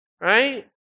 Right